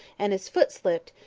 and his foot slipped,